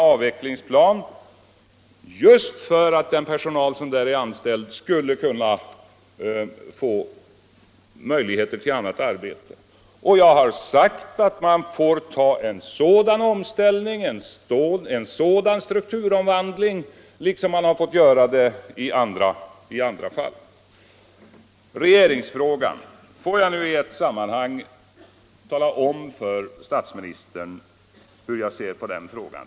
Avvecklingsplanen finns just för att de anställda skall få möjlighet till annat arbete. Jag har sagt att man får ta en sådan omställning, en sådan strukturomvandling, precis som man har fått göra det i andra fall. Får jag nu i ett sammanhang tala om för statsministern hur jag ser på regeringsfrågan.